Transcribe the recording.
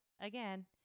again